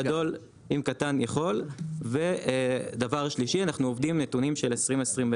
גדול עם קטן יכול ודבר שלישי אנחנו עובדים עם נתונים של 2020-2021,